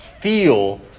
feel